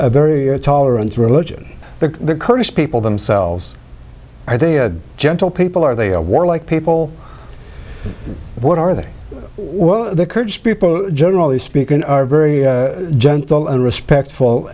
a very a tolerance religion the kurdish people themselves i think gentle people are they a warlike people what are they well the kurds people generally speaking are very gentle and respectful